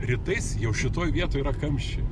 rytais jau šitoj vietoj yra kamščiai